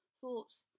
thoughts